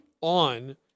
on